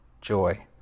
joy